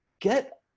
get